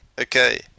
Okay